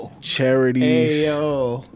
charities